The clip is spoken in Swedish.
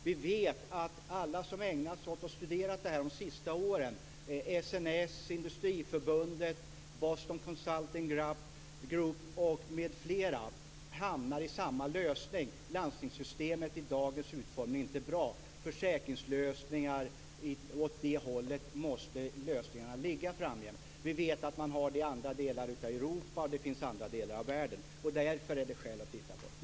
Vi vet också att alla som ägnat sig åt att studera detta de senaste åren - SNS, Industriförbundet, Boston Consulting Group m.fl. - hamnar i samma lösning: Landstingssystemet i dagens utformning är inte bra, och försäkringslösningar är det håll åt vilket lösningarna måste ligga framgent. Vi vet att man har det i andra delar av Europa och i andra delar av världen. Därför finns det skäl att titta på detta.